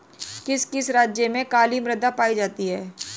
किस किस राज्य में काली मृदा पाई जाती है?